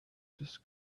just